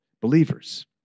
believers